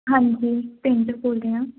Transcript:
ਹਾਂਜੀ ਪੇਂਟਰ ਬੋਲਦੇ ਹਾਂ